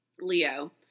Leo